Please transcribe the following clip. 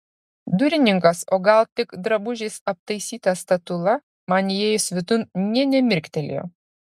durininkas o gal tik drabužiais aptaisyta statula man įėjus vidun nė nemirktelėjo